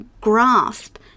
grasp